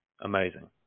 Amazing